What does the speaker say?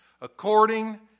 According